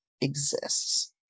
exists